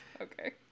Okay